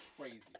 Crazy